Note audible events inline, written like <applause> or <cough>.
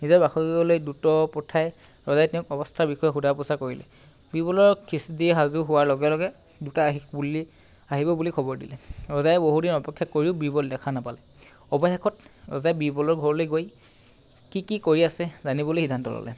নিজৰ বাসগৃহলৈ দ্ৰুত প্ৰথাৰে ৰজাই তেওঁক অৱস্থাৰ বিষয়ে সোধা পোছা কৰিলে বীৰবলক <unintelligible> দি সাজু হোৱাৰ লগে লগে দুটা <unintelligible> আহিব বুলি খবৰ দিলে ৰজাই বহু দিন অপেক্ষা কৰিও বীৰবল দেখা নাপালে অৱশেষত ৰজাই বীৰবলৰ ঘৰলৈ গৈ কি কি কৰি আছে জানিবলৈ সিদ্ধান্ত ল'লে